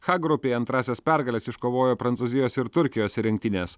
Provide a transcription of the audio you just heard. h grupėje antrąsias pergales iškovojo prancūzijos ir turkijos rinktinės